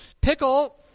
Pickle